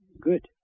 good